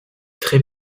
très